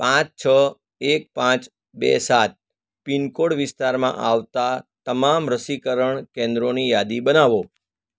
પાંચ છ એક પાંચ બે સાત પિનકોડ વિસ્તારમાં આવતાં તમામ રસીકરણ કેન્દ્રોની યાદી બનાવો